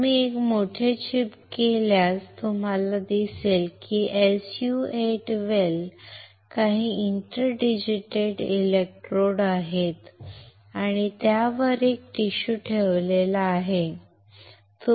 तुम्ही एक चिप मोठे केल्यास तुम्हाला दिसेल की SU 8 वेल काही इंटर डिजिटेटेड इलेक्ट्रोड आहेत आणि त्यावर एक टिश्यू ठेवलेला आहे